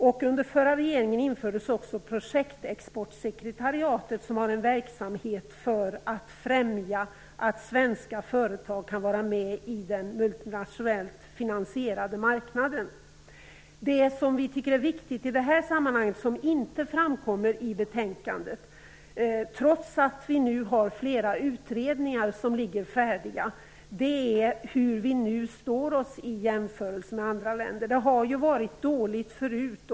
Under den förra regeringen infördes också Projektexportsekretariet, vars verksamhet skall främja att svenska företag kan vara med på den multinationellt finasierade marknaden. Något som är viktigt i detta sammanhang och som inte framkommer i betänkandet, trots att flera utredningar ligger färdiga, är hur vi nu står oss i jämförelse med andra länder. Det har varit dåligt förut.